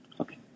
Okay